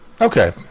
Okay